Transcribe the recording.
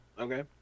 Okay